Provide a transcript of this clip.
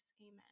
Amen